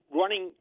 running